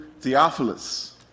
Theophilus